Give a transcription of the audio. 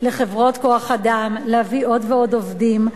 לחברות כוח-אדם להביא עוד ועוד עובדים.